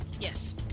yes